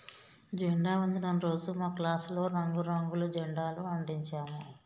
జెండా వందనం రోజు మా క్లాసులో రంగు రంగుల జెండాలు అంటించాము